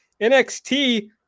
NXT